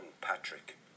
Patrick